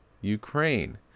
ukraine